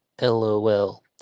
lol